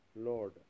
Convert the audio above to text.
Lord